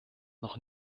noch